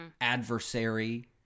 adversary